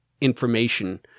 information